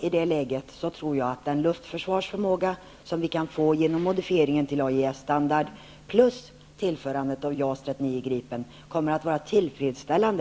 I det läget tror jag att den luftförsvarsförmåga som vi kan uppnå genom modifiering till AJS-standard plus tillförandet av JAS 39 Gripen kommer att vara tillfredsställande.